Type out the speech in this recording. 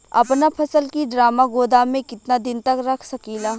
अपना फसल की ड्रामा गोदाम में कितना दिन तक रख सकीला?